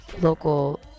Local